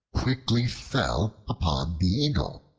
quickly fell upon the eagle.